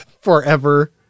forever